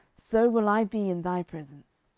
so will i be in thy presence.